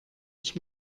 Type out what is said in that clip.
ich